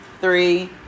three